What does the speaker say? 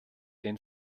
den